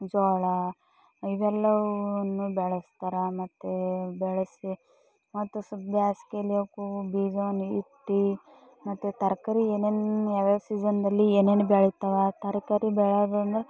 ಜೋಳ ಇವೆಲ್ಲವನ್ನೂ ಬೆಳೆಸ್ತಾರೆ ಮತ್ತು ಬೆಳೆಸಿ ಮತ್ತು ಸ್ವಲ್ಪ ಬೀಜವನ್ನು ಇಟ್ಟು ಮತ್ತು ತರಕಾರಿ ಏನೇನು ಯಾವ್ಯಾವ ಸೀಝನ್ನಲ್ಲಿ ಏನೇನು ಬೆಳಿತ್ತಾರ ತರಕಾರಿ ಬೆಳೆದಂದರೆ